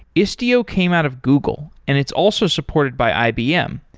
istio came out of google and it's also supported by ibm,